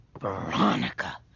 Veronica